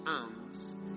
arms